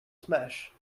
smash